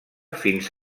fins